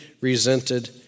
resented